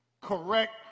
correct